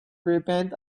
repent